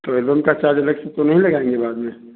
तो एलबम का चार्ज अलग से तो नही लगाएंगे बाद में